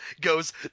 goes